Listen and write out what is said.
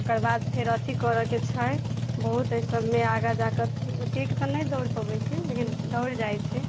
ओकर बाद फेर अथी करऽके छै बहुत अइ सभमे आगा जाकऽ अतेक तऽ नहि दौड़ पबै छी लेकिन दौड़ जाइ छी